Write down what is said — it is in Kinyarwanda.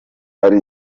ari